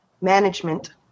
Management